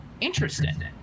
interesting